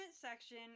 section